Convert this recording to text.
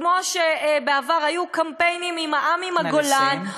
וכמו שבעבר היו קמפיינים "העם עם הגולן" נא לסיים.